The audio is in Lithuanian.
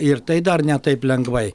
ir tai dar ne taip lengvai